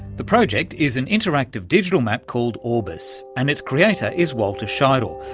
the project is an interactive digital map called orbis and its creator is walter scheidel,